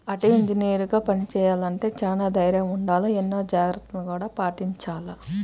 అటవీ ఇంజనీరుగా పని చెయ్యాలంటే చానా దైర్నం ఉండాల, ఎన్నో జాగర్తలను గూడా పాటించాల